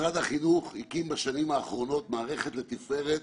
משרד החינוך הקים מערכת לתפארת